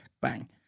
Bang